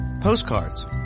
postcards